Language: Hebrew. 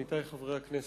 עמיתי חברי הכנסת,